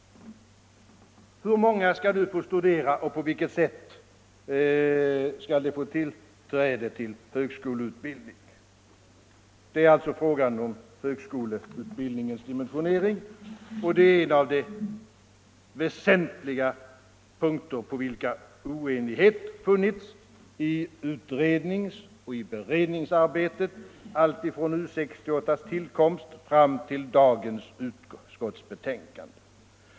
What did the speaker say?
Hur många skall få studera och på vilket sätt skall de få tillträde till högskoleutbildning? Det är alltså frågan om högskoleutbildningens dimensionering, och det är en av de väsentliga punkter på vilka oenighet funnits i utredningsoch beredningsarbetet alltifrån U 68:s tillkomst fram till dagens utskottsbetänkande.